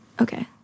Okay